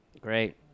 Great